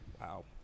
Wow